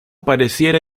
pareciera